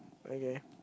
okay